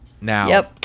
Now